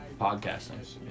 podcasting